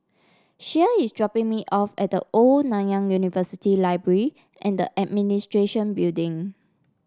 Shea is dropping me off at The Old Nanyang University Library and the Administration Building